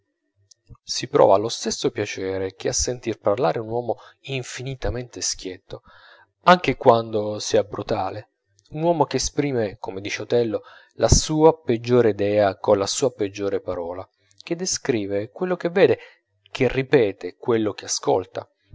si prova lo stesso piacere che a sentir parlare un uomo infinitamente schietto anche quando sia brutale un uomo che esprime come dice otello la sua peggiore idea colla sua peggiore parola che descrive quello che vede che ripete quello che ascolta